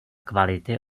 kvality